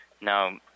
Now